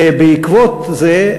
בעקבות זה,